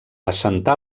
assentar